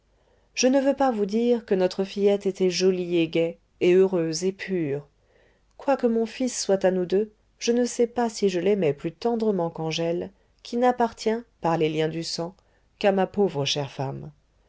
je ne veux pas vous dire que notre fillette était jolie et gaie et heureuse et pure quoique mon fils soit à nous deux je ne sais pas si je l'aimais plus tendrement qu'angèle qui n'appartient par les liens du sang qu'à ma pauvre chère femme